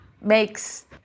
makes